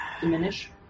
diminish